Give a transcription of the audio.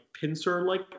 pincer-like